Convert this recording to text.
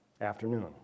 afternoon